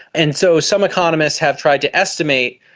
and so some economists have tried to estimate,